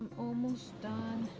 almost done